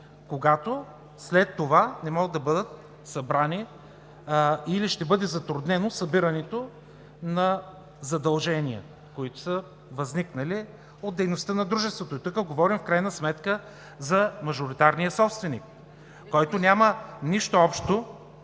когато след това не могат да бъдат събрани, или ще бъде затруднено събирането на задължения, които са възникнали от дейността на дружеството. Тук говорим в крайна сметка за мажоритарния собственик, който няма нищо общо.